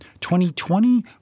2020